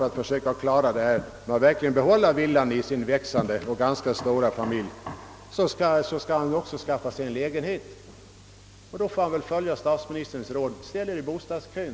Och i det läget har han inte annat att göra än att följa statsministerns råd: Ställ Er i bostadskön!